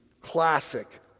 classic